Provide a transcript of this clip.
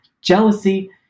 jealousy